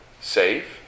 save